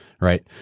Right